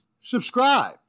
subscribe